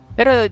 Pero